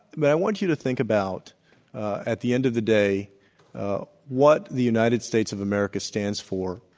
but i want you to think about at the end of the day what the united states of america stands for,